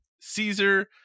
Caesar